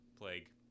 Plague